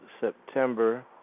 September